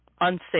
unsafe